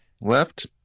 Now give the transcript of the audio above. left